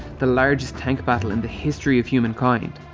the largest tank battle in the history of humankind.